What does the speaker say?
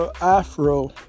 afro